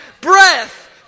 Breath